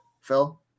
Phil